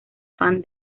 fan